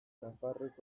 nafarrek